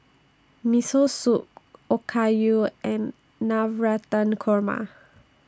Miso Soup Okayu and Navratan Korma